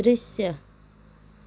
दृश्य